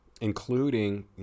including